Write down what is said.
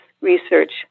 research